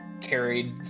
carried